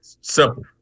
Simple